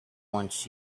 wants